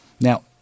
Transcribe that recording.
Now